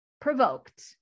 provoked